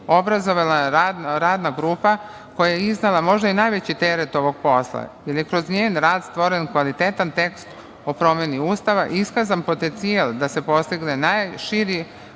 Obrazovala je redna grupa koja je iznela možda i najveći teret ovog posla, jer je kroz njen rad stvoren kvalitetan tekst o promeni Ustava, iskazan potencijal da se postigne najširi